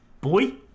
boy